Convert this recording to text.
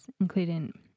including